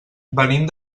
venim